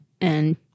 And-